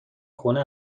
خونه